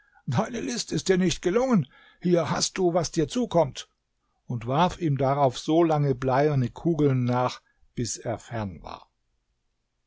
deine list ist dir nicht gelungen hier hast du was dir zukommt und warf ihm darauf solange bleierne kugeln nach bis er fern war